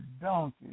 donkey